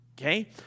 Okay